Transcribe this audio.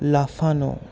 লাফানো